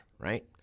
right